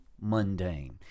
mundane